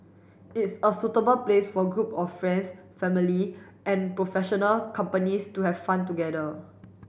it's a suitable place for group of friends family and professional companies to have fun together